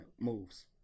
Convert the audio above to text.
moves